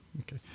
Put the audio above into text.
Okay